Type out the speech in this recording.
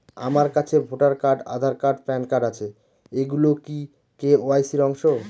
আমার কাছে voter card Aadhaar card PAN card আছে এগুলো কি কে.ওয়াই.সি র অংশ?